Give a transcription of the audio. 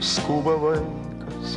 skuba laikas